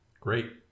Great